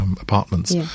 Apartments